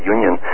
Union